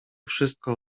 wszystko